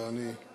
יום